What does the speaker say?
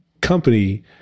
company